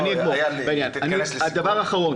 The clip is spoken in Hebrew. דבר אחרון